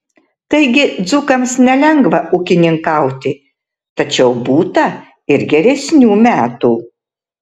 taigi dzūkams nelengva ūkininkauti tačiau būta ir geresnių metų